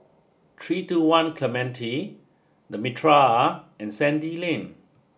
three two one Clementi the Mitraa and Sandy Lane